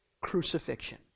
crucifixion